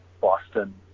Boston